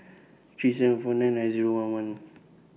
three seven four nine nine Zero one one